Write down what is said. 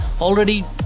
already